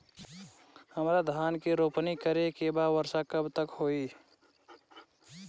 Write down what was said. हमरा धान के रोपनी करे के बा वर्षा कब तक होई?